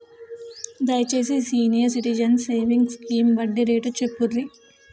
దయచేసి senior citizens savings scheme వడ్డీ rate చెప్పుర్రి